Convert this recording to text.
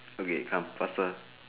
okay come faster